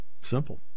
Simple